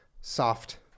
soft